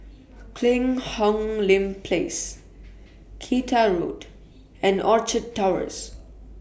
Cheang Hong Lim Place Kinta Road and Orchard Towers